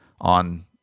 on